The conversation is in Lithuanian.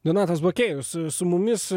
donatas bakėjus su mumis